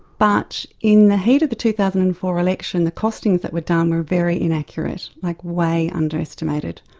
but in the heat of the two thousand and four election, the costings that were done were very inaccurate, like way under estimated.